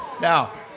Now